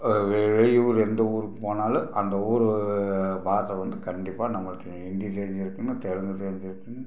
ஒரு வெய் வெளியூரில் எந்த ஊருக்கு போனாலும் அந்த ஊர் பார்டர் வந்து கண்டிப்பாக நம்மளுக்கு ஹிந்தி தெரிஞ்சிருக்கணும் தெலுங்கு தெரிஞ்சிருக்கணும்